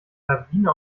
lawine